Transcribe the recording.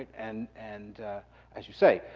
and and as you say,